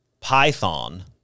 python